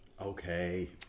Okay